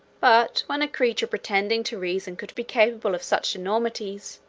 but when a creature pretending to reason could be capable of such enormities,